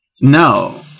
No